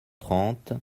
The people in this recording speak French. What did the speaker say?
trente